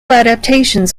adaptations